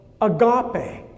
agape